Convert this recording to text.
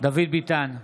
דוד ביטן,